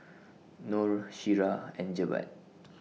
Nor Syirah and Jebat